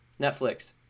Netflix